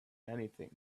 anything